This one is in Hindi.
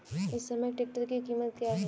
इस समय ट्रैक्टर की कीमत क्या है?